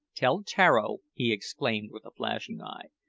tell tararo, he exclaimed with a flashing eye,